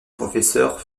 professeurs